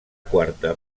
quarta